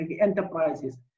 enterprises